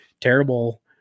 terrible